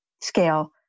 scale